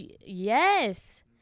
Yes